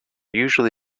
usually